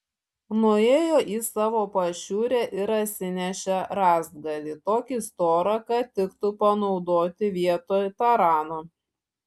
nuėjo į savo pašiūrę ir atsinešė rąstgalį tokį storą kad tiktų panaudoti vietoj tarano